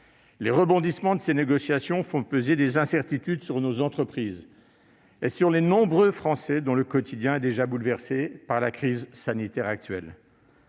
Les rebondissements de ces négociations font peser des incertitudes sur nos entreprises et sur de nombreux Français dont le quotidien est déjà bouleversé par la crise sanitaire actuelle.